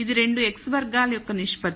ఇది రెండు χ వర్గాలయొక్క నిష్పత్తి